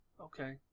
okay